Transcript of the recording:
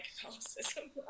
Catholicism